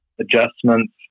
adjustments